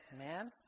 Amen